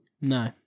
No